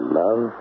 love